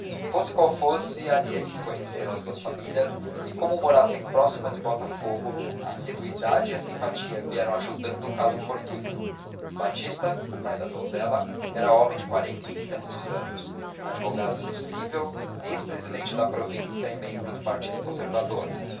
fosse qual fosse ali é que se conheceram as duas famílias e como morassem próximas em botafogo a assiduidade e a simpatia vieram ajudando o caso fortuito batista o pai da donzela era homem de quarenta e tantos anos advogado do cível ex presidente de província e membro do partido conservador